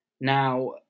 now